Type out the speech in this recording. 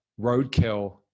roadkill